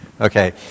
Okay